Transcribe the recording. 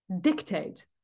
dictate